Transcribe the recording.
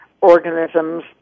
organisms